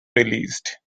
released